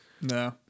No